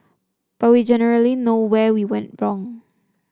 but we generally know where we went wrong